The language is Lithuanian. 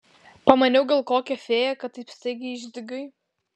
pamaniau gal kokia fėja kad taip staiga išdygai